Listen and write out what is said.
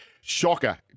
Shocker